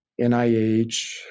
NIH